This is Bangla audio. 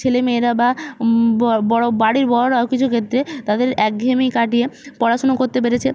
ছেলে মেয়েরা বা বড় বাড়ির বড়রাও কিছু ক্ষেত্রে তাদের একঘেয়েমি কাটিয়ে পড়াশোনা করতে পেরেছে